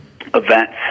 events